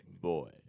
boy